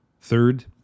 Third